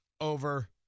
over